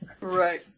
Right